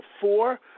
four